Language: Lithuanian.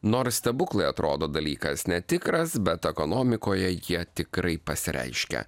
nors stebuklai atrodo dalykas netikras bet ekonomikoje jie tikrai pasireiškia